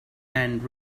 and